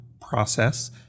process